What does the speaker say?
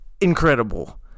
incredible